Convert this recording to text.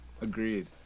Agreed